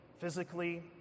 physically